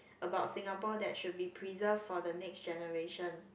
about Singapore that should be preserved for the next generation